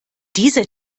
diese